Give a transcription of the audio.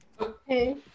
Okay